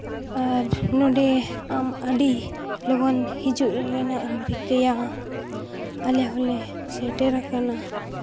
ᱟᱨ ᱱᱚᱸᱰᱮ ᱟᱢ ᱟᱹᱰᱤ ᱞᱚᱜᱚᱱ ᱦᱤᱡᱩᱜ ᱨᱮᱱᱟᱜ ᱮᱢ ᱨᱤᱠᱟᱹᱭᱟ ᱟᱞᱮ ᱦᱚᱸᱞᱮ ᱥᱮᱴᱮᱨᱟᱠᱟᱱᱟ